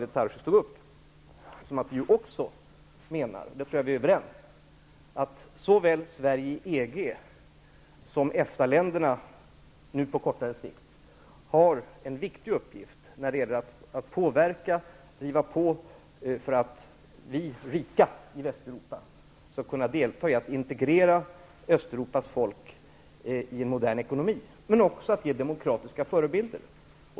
Det har samband så till vida att vi menar -- jag tror att vi är överens -- att Sverige i EG och EFTA-länderna på kortare sikt har en viktig uppgift när det gäller att påverka och driva på för att de rika länderna i Västeuropa skall kunna delta i arbetet med att integrera Östeuropas folk i en modern ekonomi, men också att ge demokratiska förebilder.